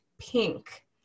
pink